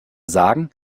sagen